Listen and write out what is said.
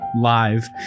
live